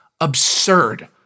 absurd